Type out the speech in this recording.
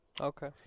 Okay